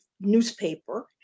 newspaper